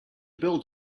build